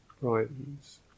brightens